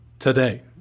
Today